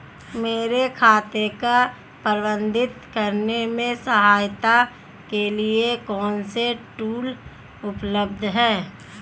मेरे खाते को प्रबंधित करने में सहायता के लिए कौन से टूल उपलब्ध हैं?